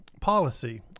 policy